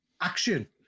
action